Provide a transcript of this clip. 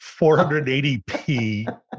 480p